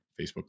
Facebook